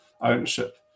ownership